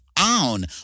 on